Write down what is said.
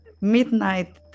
midnight